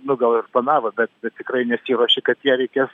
nu gal ir planavo bet tikrai nesiruošė kad jie reikės